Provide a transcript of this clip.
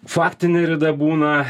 faktinė rida būna